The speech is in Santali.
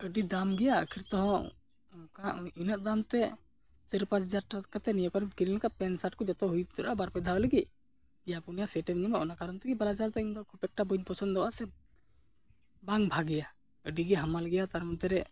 ᱟᱹᱰᱤ ᱫᱟᱢ ᱜᱮᱭᱟ ᱟᱹᱠᱷᱤᱨᱛᱮ ᱦᱚᱸ ᱚᱱᱠᱟ ᱤᱱᱟᱹᱜ ᱫᱟᱢᱛᱮ ᱪᱟᱹᱨᱼᱯᱟᱪ ᱦᱟᱡᱟᱨ ᱴᱟᱠᱟᱛᱮ ᱱᱤᱭᱟᱹ ᱠᱚᱨᱮᱢ ᱠᱤᱨᱤᱧ ᱞᱮᱠᱷᱟᱡ ᱯᱮᱱᱴᱼᱥᱟᱨᱴᱠᱚ ᱡᱚᱛᱚ ᱦᱩᱭ ᱩᱛᱟᱹᱨᱚᱜᱼᱟ ᱵᱟᱨᱼᱯᱮ ᱫᱷᱟᱣ ᱞᱟᱹᱜᱤᱫ ᱯᱮᱭᱟ ᱯᱩᱱᱭᱟ ᱥᱮᱴᱮᱢ ᱧᱟᱢᱟ ᱚᱱᱟ ᱠᱟᱨᱚᱱ ᱛᱮᱜᱮ ᱵᱟᱨ ᱦᱟᱡᱟᱨᱛᱮ ᱤᱧᱫᱚ ᱠᱷᱩᱵ ᱮᱠᱴᱟ ᱵᱟᱹᱧ ᱯᱚᱪᱷᱚᱱᱫᱚᱣᱟᱜᱼᱟ ᱥᱮ ᱵᱟᱝ ᱵᱷᱟᱜᱮᱭᱟ ᱟᱹᱰᱤᱜᱮ ᱦᱟᱢᱟᱞ ᱜᱮᱭᱟ ᱛᱟᱨ ᱢᱚᱫᱽᱫᱷᱮᱨᱮ